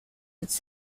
its